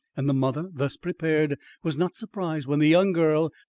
and the mother, thus prepared, was not surprised when the young girl,